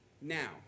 Now